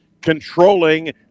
controlling